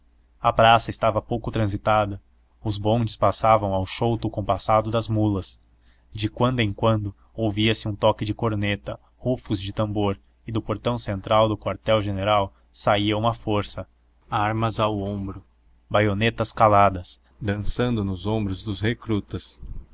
a praça estava pouco transitada os bondes passavam ao chouto compassado das mulas de quando em quando ouvia-se um toque de corneta rufos de tambor e do portão central do quartel-general saía uma força armas ao ombro baionetas caladas dançando nos ombros dos recrutas